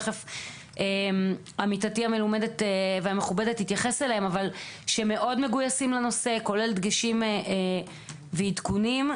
ותכף עמיתתי המלומדת והמכובדת תתייחס אליהן דגשים ועדכונים.